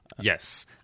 yes